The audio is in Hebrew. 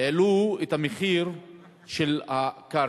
והעלו את המחיר של הקרקע,